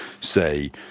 say